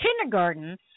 kindergarten